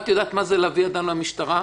את יודעת מה זה להביא אדם למשטרה?